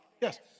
Yes